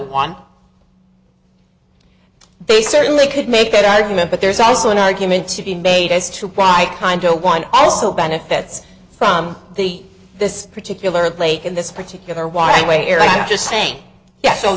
one they certainly could make that argument but there's also an argument to be made as to bright kind o one also benefits from the this particular lake in this particular y where i'm just saying yes so